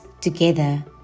together